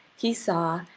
he saw,